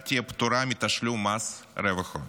ההשקעה תהיה פטורה מתשלום מס רווח הון.